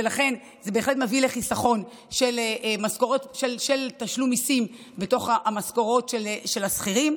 ולכן זה בהחלט מביא לחיסכון של תשלום מיסים בתוך המשכורות של השכירים,